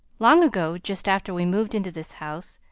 long ago, just after we moved into this house,